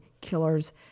killers